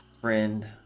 friend